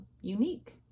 unique